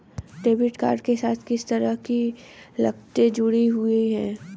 Debit card के साथ किस तरह की लागतें जुड़ी हुई हैं?